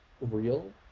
real